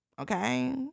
okay